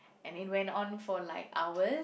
and it went on for like hour